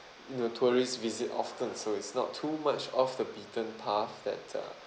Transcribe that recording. you know tourist visit often so it's not too much off the beaten path that uh